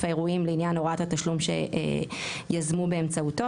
האירועים לעניין הוראת התשלום שיזמו באמצעותו,